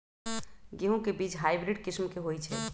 गेंहू के बीज हाइब्रिड किस्म के होई छई?